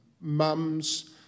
mums